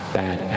bad